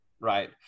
Right